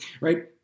right